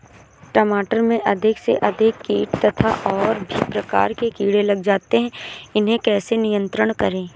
टमाटर में अधिक से अधिक कीट तथा और भी प्रकार के कीड़े लग जाते हैं इन्हें कैसे नियंत्रण करें?